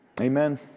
Amen